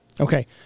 Okay